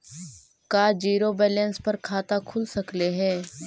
का zero balance पर खाता खुल सकले हे?